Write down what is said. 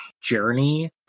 journey